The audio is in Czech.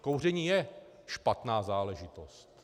Kouření je špatná záležitost.